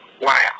wow